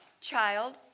Child